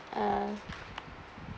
uh